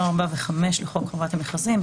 4 ו-5 לחוק חובת המכרזים,